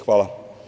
Hvala.